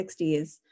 60s